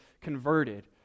converted